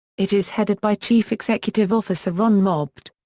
it is headed by chief executive officer ron mobed.